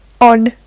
on